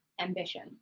ambition